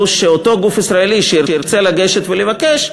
שאותו גוף ישראלי שירצה לגשת ולבקש,